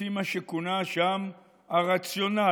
לפי מה שכונה שם "הרציונל".